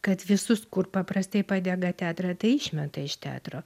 kad visus kur paprastai padega teatrą tai išmeta iš teatro